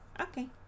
Okay